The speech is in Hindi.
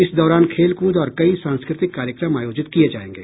इस दौरान खेलकूद और कई सांस्कृतिक कार्यक्रम आयोजित किये जायेंगे